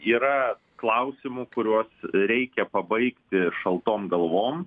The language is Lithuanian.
yra klausimų kuriuos reikia pabaigti šaltom galvom